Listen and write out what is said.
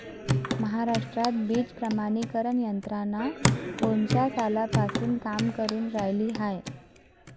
महाराष्ट्रात बीज प्रमानीकरण यंत्रना कोनच्या सालापासून काम करुन रायली हाये?